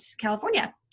California